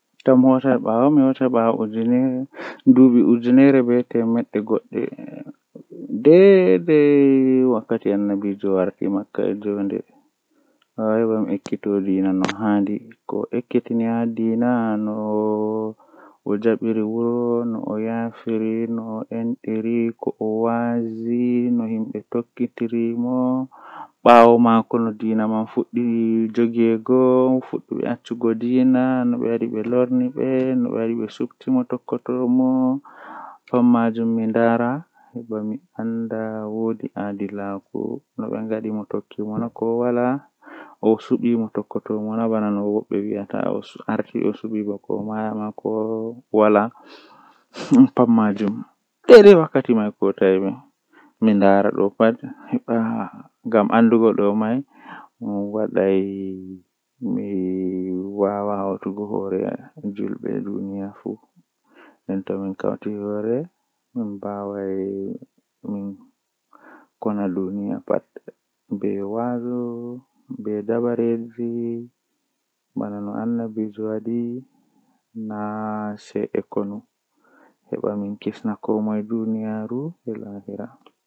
Ndikka mi wolwana yaare himbe haami yahi fu dow mi wolwina dabbaji ngam dabbaji kam komoi andi dabbaji wala wolwa nden dabbaji feere awolwanabe ma haa noi wada amma amma yareeji duniya do ha ajippi pat ko goddo weefu adon nana nden awawan alornitina mo midon yia kanjum do buri